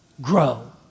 grow